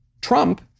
Trump